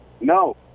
No